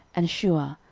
and shuah.